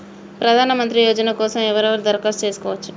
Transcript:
ప్రధానమంత్రి యోజన కోసం ఎవరెవరు దరఖాస్తు చేసుకోవచ్చు?